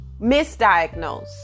misdiagnosed